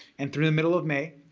and through the middle of may,